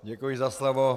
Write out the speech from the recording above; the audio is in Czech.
Děkuji za slovo.